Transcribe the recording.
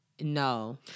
no